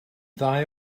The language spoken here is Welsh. ddau